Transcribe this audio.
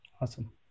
Awesome